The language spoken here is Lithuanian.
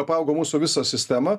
apaugo mūsų visą sistemą